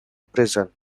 prison